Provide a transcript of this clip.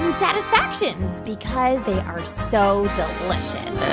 satisfaction. because they are so delicious